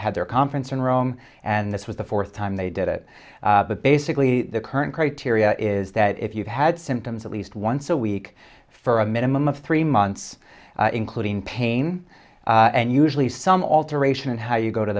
had their conference in rome and this was the fourth time they did it but basically the current criteria is that if you had symptoms at least once a week for a minimum of three months including pain and usually some alteration in how you go to